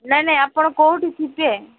ନାଇ ନାଇ ଆପଣ କୋଉଠି ଥିବେ